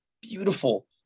beautiful